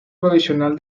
provisional